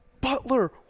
butler